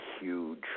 huge